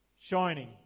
shining